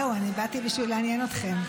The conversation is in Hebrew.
זהו, אני באתי בשביל לעניין אתכם.